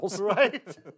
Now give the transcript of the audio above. Right